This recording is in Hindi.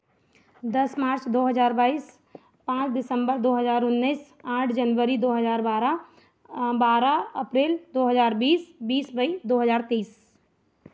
दस मार्च दो हज़ार बाइस पाँच दिसम्बर दो हज़ार उन्नीस आठ जनवरी दो हज़ार बारह बारह अप्रैल दो हज़ार बीस बीस मई दो हज़ार तेइस